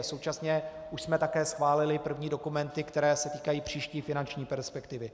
Současně už jsme také schválili první dokumenty, které se týkají příští finanční perspektivy.